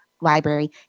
Library